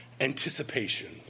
anticipation